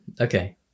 okay